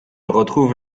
retrouve